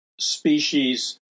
species